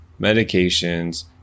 medications